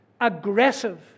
aggressive